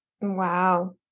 Wow